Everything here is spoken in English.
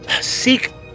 Seek